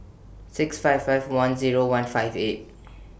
six five five one Zero one five eight